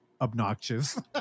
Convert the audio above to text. obnoxious